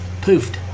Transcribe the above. Poofed